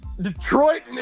Detroit